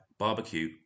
barbecue